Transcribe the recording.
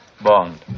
Bond